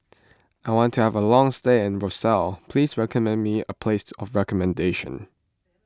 I want to have a long stay in Roseau please recommend me a place of recommendation